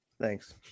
thanks